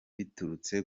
biturutse